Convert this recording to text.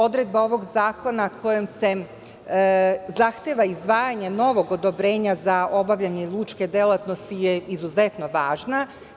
Odredba ovog zakona kojom se zahteva izdvajanje novog odobrenja za obavljanje lučke delatnosti je izuzetno važna.